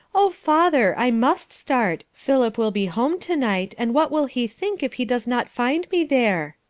oh, father! i must start philip will be home to-night, and what will he think if he does not find me there?